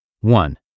One